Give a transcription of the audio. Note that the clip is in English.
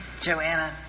Joanna